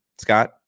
Scott